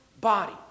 body